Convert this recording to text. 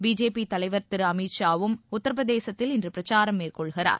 BJP தலைவர் அமித்ஷாவும் உத்தரபிரதேசத்தில் இன்று பிரச்சாரம் மேற்கொள்கிறார்